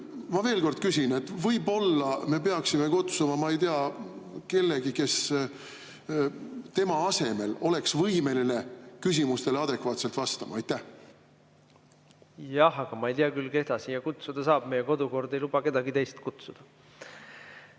Ma veel kord küsin: võib-olla me peaksime kutsuma, ma ei tea, kellegi, kes tema asemel oleks võimeline küsimustele adekvaatselt vastama? Jah. Aga ma ei tea küll, keda siia kutsuda saab, meie kodukord ei luba kedagi teist kutsuda.